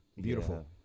beautiful